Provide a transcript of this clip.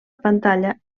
pantalla